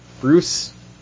Bruce